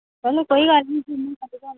चलो कोई गल्ल निं